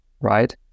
right